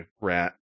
rat